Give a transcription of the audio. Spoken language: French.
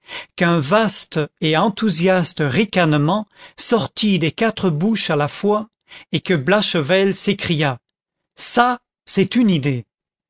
qu'un vaste et enthousiaste ricanement sortit des quatre bouches à la fois et que blachevelle s'écria ça c'est une idée